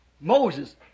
Moses